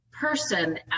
person